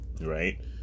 right